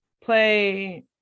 play